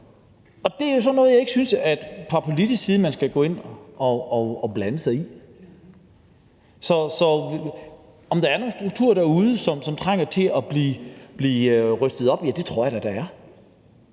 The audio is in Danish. Det er jo sådan noget, som jeg ikke synes at vi fra politisk side skal gå ind og blande os i. Er der er nogle strukturer derude, som trænger til at blive rusket op i? Ja, det tror jeg da at